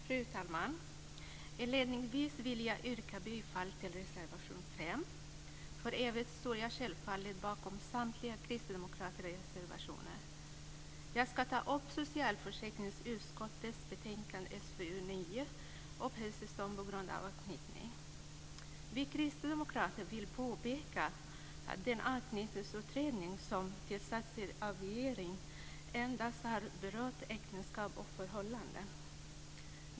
Fru talman! Inledningsvis vill jag yrka bifall till reservation 5. För övrigt står jag självfallet bakom samtliga kristdemokratiska reservationer. Jag ska ta upp socialförsäkringsutskottets betänkande SfU9, Uppehållstillstånd på grund av anknytning. Vi kristdemokrater vill påpeka att den anknytningsutredning som tillsatts av regeringen endast har berört äktenskap och förhållanden.